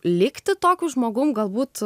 likti tokiu žmogum galbūt